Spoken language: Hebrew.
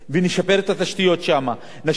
נשקיע בכל מה שקשור במגזר הערבי,